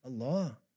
Allah